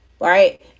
right